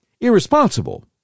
irresponsible